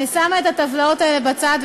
אני שמה את הטבלאות האלה בצד,